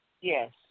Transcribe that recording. Yes